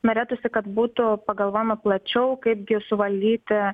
norėtųsi kad būtų pagalvojama plačiau kaipgi suvaldyti